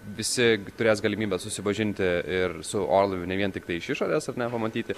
visi turės galimybę susipažinti ir su orlaiviu ne vien tiktai iš išorės ar ne pamatyti